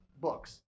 books